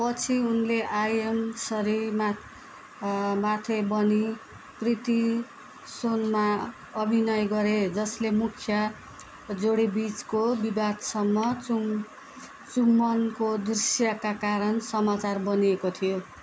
पछि उनले I am सरीमा माथि बनी प्रितसोनमा अभिनय गरे जसले मुख्या जोडीबिचको विवादसम्म चुम् चुम्बनको दृश्यका कारण समाचार बनेको थियो